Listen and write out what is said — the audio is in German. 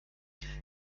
ich